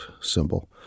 symbol